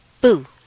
Boo